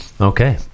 Okay